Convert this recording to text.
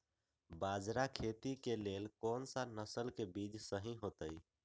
बाजरा खेती के लेल कोन सा नसल के बीज सही होतइ?